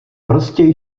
prostě